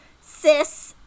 Sis